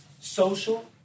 social